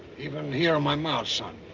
even here in my mouth. you